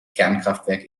kernkraftwerk